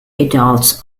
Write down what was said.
adults